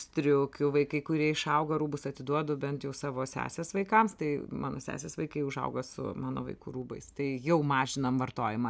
striukių vaikai kurie išauga rūbus atiduodu bent jau savo sesės vaikams tai mano sesės vaikai užaugo su mano vaikų rūbais tai jau mažinam vartojimą